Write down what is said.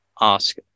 ask